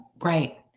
Right